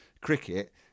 cricket